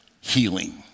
healing